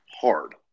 hard